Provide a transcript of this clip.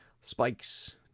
spikes